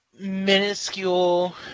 Minuscule